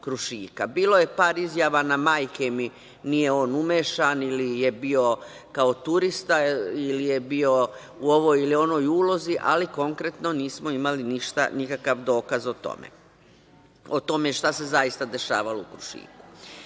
Bilo je par izjava na – majke mi, nije on umešan ili je bio kao turista ili je bio u ovoj ili onoj ulozi, ali konkretno nismo imali nikakav dokaz o tome šta se zaista dešavalo u „Krušiku“.Ovaj